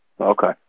okay